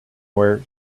where